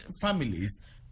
families